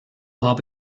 habe